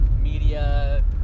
media